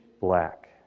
black